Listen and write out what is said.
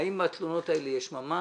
תגיד לנו האם בתלונות האלה יש ממש,